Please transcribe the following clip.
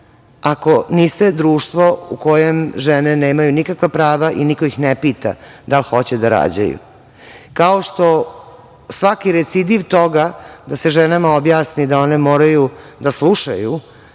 Ako niste društvo, u kojem žene nemaju nikakva prava i niko ih ne pita da li hoće da rađaju, kao što svaki recidiv toga da se ženama objasni da one moraju da slušaju